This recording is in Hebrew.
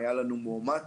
היה לנו מאומת